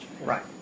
Right